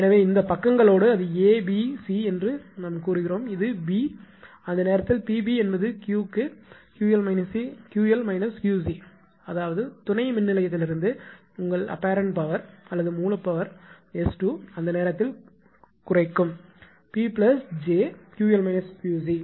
எனவே இந்த பக்கங்களோடு அது A B C என்று சொல்லுங்கள் இது B பின் அந்த நேரத்தில் PB என்பது Q க்கு 𝑄𝑙 − 𝑄𝐶 சமம் அதாவது துணை மின்நிலையத்திலிருந்து உங்கள் அபேரண்ட் பவர் அல்லது மூல பவர் 𝑆2 அந்த நேரத்தில் குறைக்கும் 𝑃 𝑗𝑄𝑙 − 𝑄𝐶